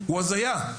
הוא הזיה.